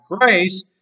grace